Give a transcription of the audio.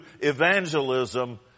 evangelism